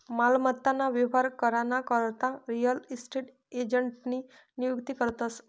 मालमत्ता ना व्यवहार करा ना करता रियल इस्टेट एजंटनी नियुक्ती करतस